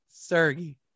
Sergey